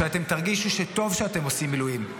שאתם תרגישו שטוב שאתם עושים מילואים.